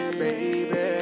baby